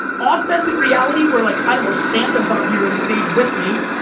augmented reality, where like i don't know, santa is on here, on stage with me,